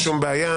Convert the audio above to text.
אין שום בעיה,